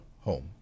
home